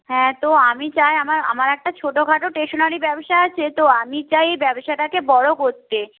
হ্যাঁ তো আমি চাই আমার আমার একটা ছোটোখাটো স্টেশনারি ব্যবসা আছে তো আমি চাই ব্যবসাটাকে বড় করতে